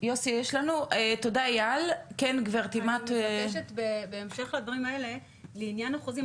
אני מבקשת בהקשר לחוזים,